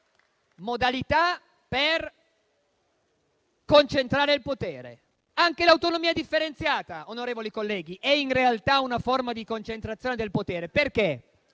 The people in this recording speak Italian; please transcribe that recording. modalità per concentrare il potere. Anche l'autonomia differenziata, onorevoli colleghi, è in realtà una forma di concentrazione del potere. Nella